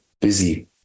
busy